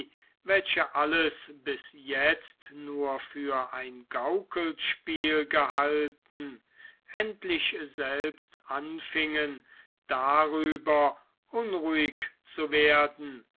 welche alles bis jetzt nur für ein gaukelspiel gehalten endlich selbst anfingen darüber unruhig zu werden